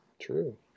true